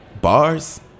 bars